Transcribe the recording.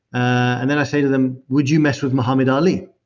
and then i say to them, would you mess with muhammad ali?